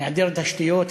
היעדר תשתיות,